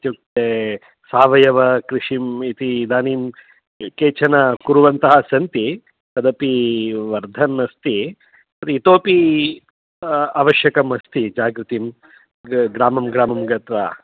इत्युक्ते सावयवकृषिम् इति इदानीं केचन कुर्वन्तः सन्ति तदपि वर्धन् अस्ति तर्हि इतोपि आवश्यकमस्ति जागृतिं ग्रामं ग्रामं गत्वा